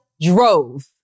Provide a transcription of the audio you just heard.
drove